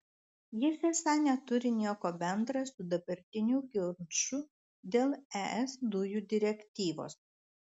jis esą neturi nieko bendra su dabartiniu ginču dėl es dujų direktyvos